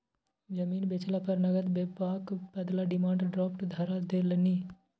जमीन बेचला पर नगद देबाक बदला डिमांड ड्राफ्ट धरा देलनि